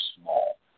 small